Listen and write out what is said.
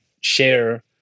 share